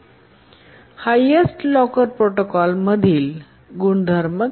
केल्यामुळे कमी प्राथमिकतेच्या टास्क चे प्राधान्य मूल्य उच्च मूल्यापर्यंत वाढविले जाते